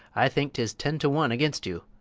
i think tis ten to one against you